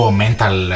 mental